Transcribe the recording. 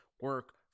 Work